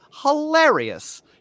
hilarious